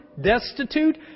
destitute